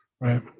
right